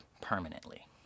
permanently